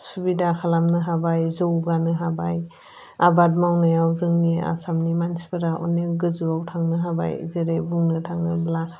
सुबिदा खालामनो हाबाय जौगानो हाबाय आबाद मावनायाव जोंनि आसामनि मानसिफोरा अनेक गोजौआव थांनो हाबाय जेरै बुंनो थाङोब्ला